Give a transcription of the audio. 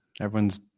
Everyone's